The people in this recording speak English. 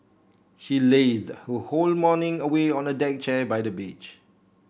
she lazed her whole morning away on a deck chair by the beach